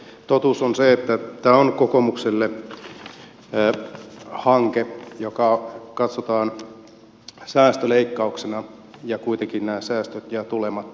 totuus on se että tämä on kokoomukselle hanke joka katsotaan säästöleikkauksena ja kuitenkin nämä säästöt jäävät tulematta